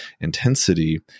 intensity